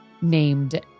named